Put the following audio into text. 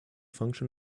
function